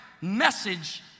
message